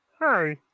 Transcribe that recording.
Hi